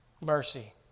mercy